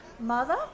Mother